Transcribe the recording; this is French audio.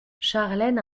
charlène